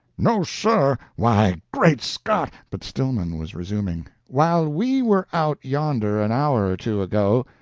no, sir! why, great scott but stillman was resuming while we were out yonder an hour or two ago,